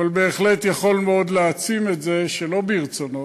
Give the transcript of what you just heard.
אבל בהחלט יכול מאוד להעצים את זה שלא מרצונו,